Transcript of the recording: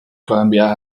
columbia